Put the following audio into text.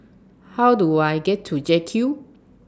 How Do I get to J Cube